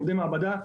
עובדי מעבדה,